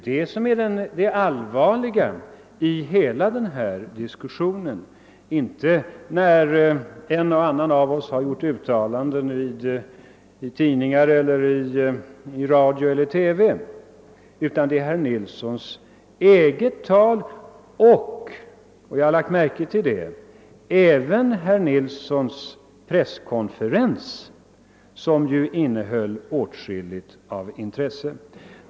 Det är det allvarliga i hela denna diskussion, inte uttalanden från en och annan av oss som gjorts i tidningar, i radio eller i TV. Debatten gäller herr Nilssons eget tal liksom även, såsom jag har observerat, herr Nilssons presskonferens som innehöll åtskilligt av intresse.